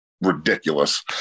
ridiculous